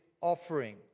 offering